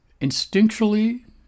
Instinctually